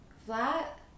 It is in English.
Flat